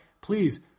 please